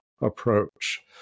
approach